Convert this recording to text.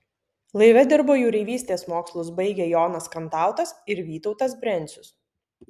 laive dirbo jūreivystės mokslus baigę jonas kantautas ir vytautas brencius